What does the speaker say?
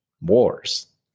wars